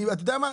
אתה יודע מה?